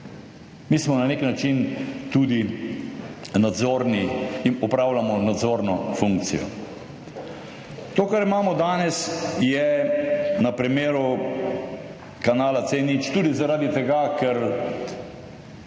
Mi smo na nek način tudi nadzorni in opravljamo nadzorno funkcijo. To, kar imamo danes, je na primeru kanala C0 tudi zaradi tega, ker